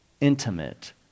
intimate